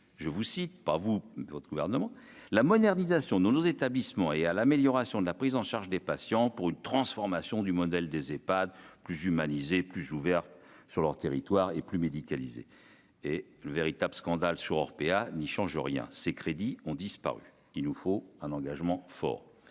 je vous cite : pas vous, votre gouvernement la modernisation nos nos établissements et à l'amélioration de la prise en charge des patients pour une transformation du modèle des Epad plus humanisé plus ouvert sur leur territoire et plus médicalisés et le véritable scandale sur Orpea n'y change rien, ces crédits ont disparu, il nous faut un engagement fort